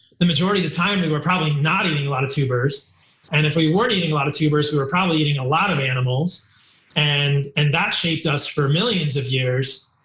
the majority of the time we were probably not eating a lot of tubers and if we weren't eating a lot of tubers, we were probably eating a lot of animals and and that shaped us for millions of years.